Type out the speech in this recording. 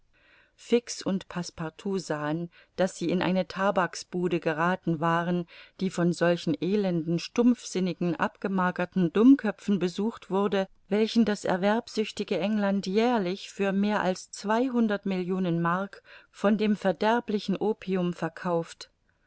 fix und passepartout sahen daß sie in eine tabaksbude gerathen waren die von solchen elenden stumpfsinnigen abgemagerten dummköpfen besucht wurde welchen das erwerbsüchtige england jährlich für mehr als zweihundert millionen mark von dem verderblichen opium verkauft